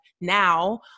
now